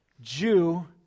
Jew